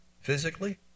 Physically